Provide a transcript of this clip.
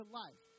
life